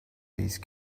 these